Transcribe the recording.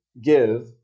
give